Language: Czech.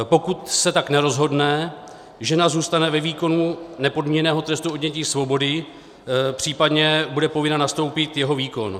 Pokud se tak nerozhodne, žena zůstane ve výkonu nepodmíněného trestu odnětí svobody, případně bude povinna nastoupit jeho výkon.